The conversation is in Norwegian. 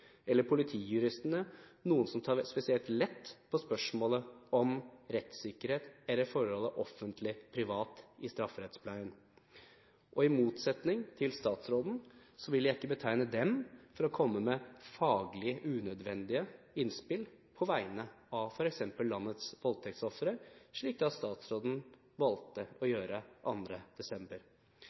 eller politijuristene noen som tar spesielt lett på spørsmålet om rettssikkerhet eller forholdet offentlig/privat i strafferettspleien. I motsetning til statsråden vil jeg ikke betegne dem som noen som kommer med faglig unødvendige innspill på vegne av f.eks. landets voldtektsofre, slik statsråden valgte å gjøre 2. desember.